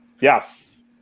Yes